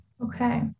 Okay